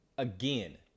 again